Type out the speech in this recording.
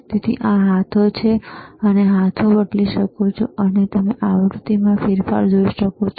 તેથી આ હાથો છે તમે હાથો બદલી શકો છો અને તમે આવૃતિમાં ફેરફાર જોઈ શકશો